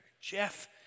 Jeff